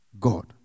God